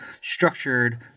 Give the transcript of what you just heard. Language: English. structured